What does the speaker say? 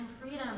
freedom